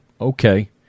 Okay